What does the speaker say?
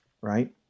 right